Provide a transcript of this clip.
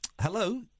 Hello